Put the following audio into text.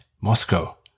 Moscow